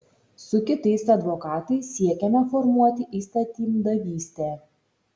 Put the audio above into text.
su kitais advokatais siekiame formuoti įstatymdavystę